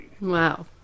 Wow